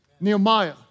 Nehemiah